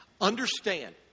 Understand